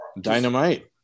Dynamite